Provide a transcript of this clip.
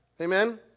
Amen